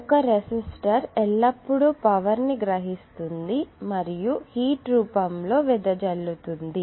ఒక రెసిస్టర్ ఎల్లప్పుడూ పవర్ ను గ్రహిస్తుంది మరియు అది హీట్ రూపంలో వెదజల్లుతుంది